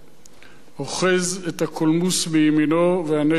אוחז את הקולמוס בימינו ואת הנשק בשמאלו.